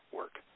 work